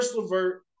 Levert